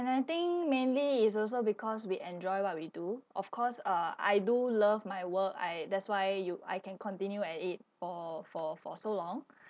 and I think mainly it's also because we enjoy what we do of course uh I do love my work I that's why you I can continue at it for for for so long